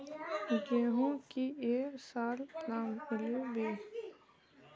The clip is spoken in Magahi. गेंहू की ये साल दाम मिलबे बे?